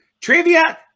trivia